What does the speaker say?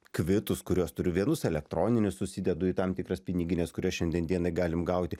kvitus kuriuos turiu vienus elektroninius susidedu į tam tikras pinigines kurias šiandien dienai galim gauti